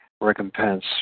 recompense